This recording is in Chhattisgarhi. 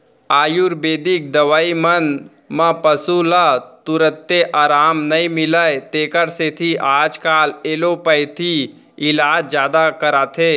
आयुरबेदिक दवई मन म पसु ल तुरते अराम नई मिलय तेकर सेती आजकाल एलोपैथी इलाज जादा कराथें